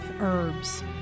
herbs